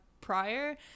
prior